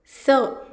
स